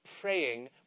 praying